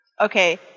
Okay